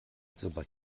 sobald